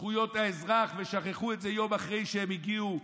זכויות האזרח ושכחו את זה יום אחרי שהם הגיעו,